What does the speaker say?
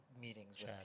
Meetings